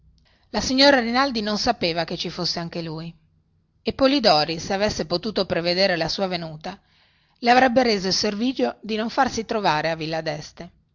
la signora rinaldi non sapeva che ci fosse anche lui e polidori se avesse potuto prevedere la sua venuta le avrebbe reso il servigio di non farsi trovare a villa deste